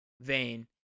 vain